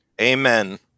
Amen